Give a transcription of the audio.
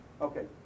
Okay